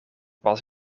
was